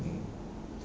mm